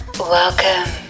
Welcome